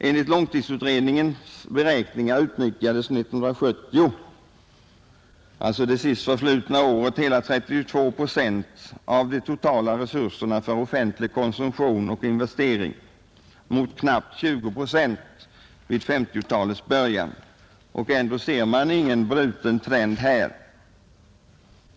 Enligt långtidsutredningens beräkningar utnyttjades 1970 hela 32 procent av de totala resurserna för offentlig konsumtion och investering mot knappt 20 procent vid 1950-talets början, och ändå ser man ingen bruten trend.